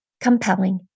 compelling